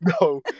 No